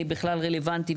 בכלל רלוונטי,